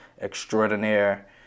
extraordinaire